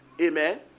Amen